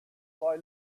boy